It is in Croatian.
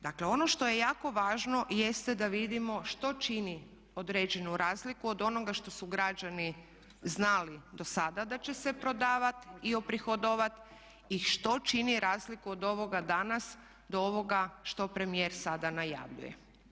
Dakle ono što je jako važno jeste da vidimo što čini određenu razliku od onoga što su građani znali do sada da će se prodavati i uprihodovati i što čini razliku od ovoga danas do ovoga što premijer sada najavljuje.